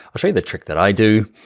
i'll show you the trick that i do.